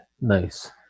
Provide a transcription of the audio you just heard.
Nice